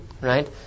right